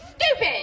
stupid